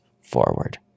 forward